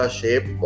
shape